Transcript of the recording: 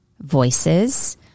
voices